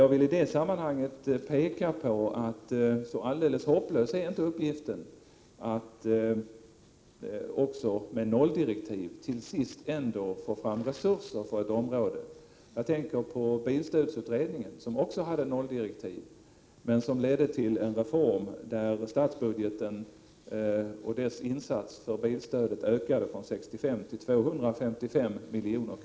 Jag vill i det sammanhanget peka på att uppgiften ändå inte är alldeles hopplös att även med nolldirektiv till sist få fram resurser för ett område. Jag tänker på bilstödsutredningen, som också hade nolldirektiv men som ledde till en reform enligt vilken bilstödet i statsbudgeten ökade från 65 till 255 miljoner.